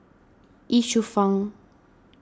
Ye Shufang